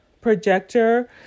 projector